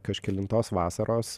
kažkelintos vasaros